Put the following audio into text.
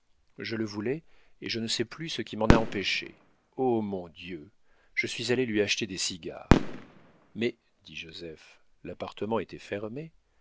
je le voulais et je ne sais plus ce qui m'en a empêchée oh mon dieu je suis allée lui acheter des cigares mais dit joseph l'appartement était fermé